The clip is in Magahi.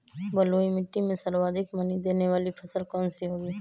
बलुई मिट्टी में सर्वाधिक मनी देने वाली फसल कौन सी होंगी?